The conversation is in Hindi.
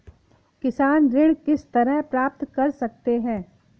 किसान ऋण किस तरह प्राप्त कर सकते हैं?